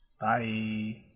bye